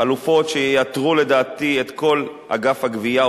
חלופות שייתרו לדעתי את כל אגף הגבייה,